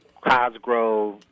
Cosgrove